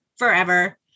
forever